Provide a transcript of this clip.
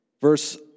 Verse